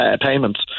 payments